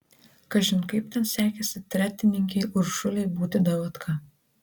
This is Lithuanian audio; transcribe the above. kažin kaip ten sekėsi tretininkei uršulei būti davatka